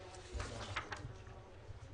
עתידים להגיש.